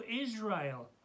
Israel